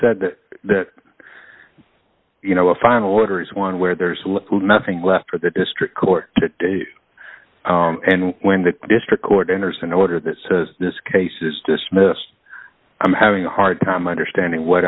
said that you know a final order is one where there's nothing left for the district court to and when the district court enters an order that says this case is dismissed i'm having a hard time understanding what